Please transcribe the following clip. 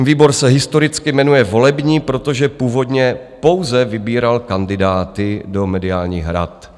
Výbor se historicky jmenuje volební, protože původně pouze vybíral kandidáty do mediálních rad.